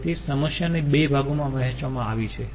તેથી સમસ્યાને બે ભાગોમાં વહેંચવામાં આવી છે